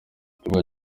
ikibuga